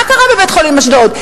מה קרה בבית-החולים באשדוד?